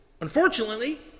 Unfortunately